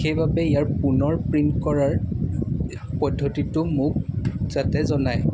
সেইবাবে ইয়াৰ পুনৰ প্ৰিণ্ট কৰাৰ পদ্ধতিটো মোক যাতে জনায়